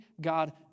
God